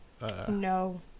no